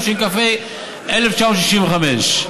התשכ"ה 1965,